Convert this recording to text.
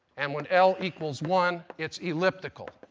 and when l equals one it's elliptical.